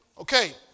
Okay